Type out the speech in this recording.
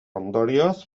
ondorioz